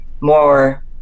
more